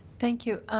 thank you.